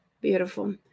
Beautiful